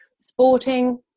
sporting